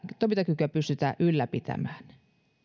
toimintakykyä pystytä ylläpitämään